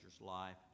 life